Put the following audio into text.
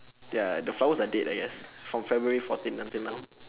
ya the flowers are dead I guess from february fourteen until now